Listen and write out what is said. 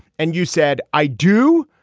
and you said i do.